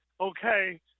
okay